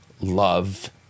love